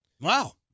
Wow